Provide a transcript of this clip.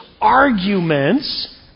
arguments